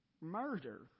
murder